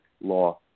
law